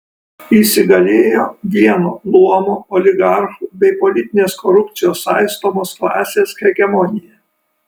įsigalėjo vieno luomo oligarchų bei politinės korupcijos saistomos klasės hegemonija